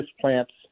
plants